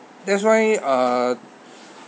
that's why uh